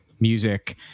music